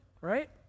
Right